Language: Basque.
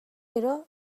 gero